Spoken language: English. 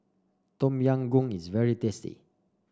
Tom Yam Goong is very tasty